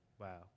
Wow